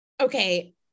Okay